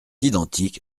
identique